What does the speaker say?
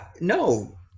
No